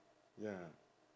ya